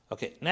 Okay